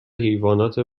حیوانات